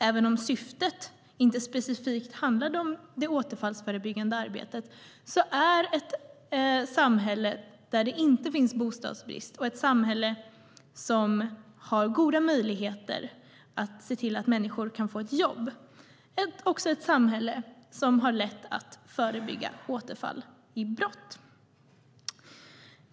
Även om syftet inte specifikt varit återfallsförebyggande är ett samhälle där det inte finns bostadsbrist och ett samhälle som har goda möjligheter att se till att människor kan få ett jobb också ett samhälle som har lätt att förebygga återfall i brott.